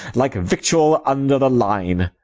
like victual under the line.